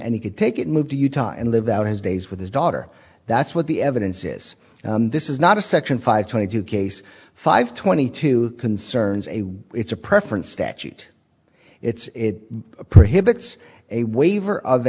and he could take it moved to utah and live out his days with his daughter that's what the evidence is this is not a section five twenty two case five twenty two concerns a it's a preference statute it's a pretty hip it's a waiver of